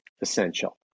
essential